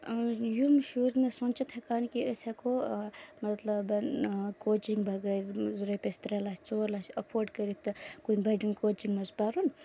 یِم شُرۍ نہٕ سوٗنٛچھِتھ ہٮ۪کان کہِ أسۍ ہٮ۪کو مطلب کوچِنٛگ بغٲر رۄپیَس ترٛےٚ لَچھ ژور لَچھ اَفوڈ کٔرِتھ تہٕ کُنہِ بَڑٮ۪ن کوچِنٛگ منٛز پَرُن